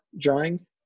drawing